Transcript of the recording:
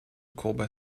courba